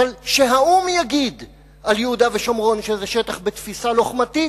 אבל שהאו"ם יגיד על יהודה ושומרון שזה שטח בתפיסה לוחמתית.